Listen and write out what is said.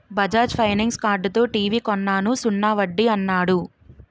Bajaj finance కార్డుతో TV కొన్నాను సున్నా వడ్డీ యన్నాడు